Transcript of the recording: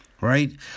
right